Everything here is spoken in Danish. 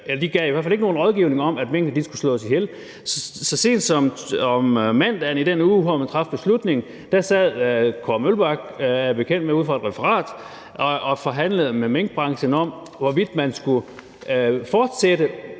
De gav i hvert fald ikke nogen rådgivning om, at minkene skulle slås ihjel. Så sent som om mandagen i den uge, hvor man traf beslutningen, sad Kåre Mølbak, er jeg bekendt med, uden for referat, og forhandlede med minkbranchen om, hvorvidt man skulle fortsætte